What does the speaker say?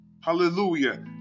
Hallelujah